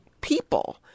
people